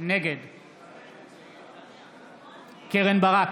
נגד קרן ברק,